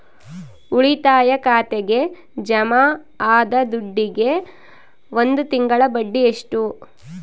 ಉಳಿತಾಯ ಖಾತೆಗೆ ಜಮಾ ಆದ ದುಡ್ಡಿಗೆ ಒಂದು ತಿಂಗಳ ಬಡ್ಡಿ ಎಷ್ಟು?